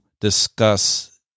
discuss